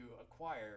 acquire